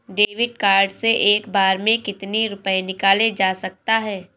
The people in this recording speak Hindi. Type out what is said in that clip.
डेविड कार्ड से एक बार में कितनी रूपए निकाले जा सकता है?